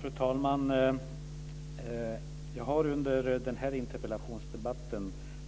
Fru talman! Jag har under denna interpellationsdebatt